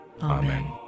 Amen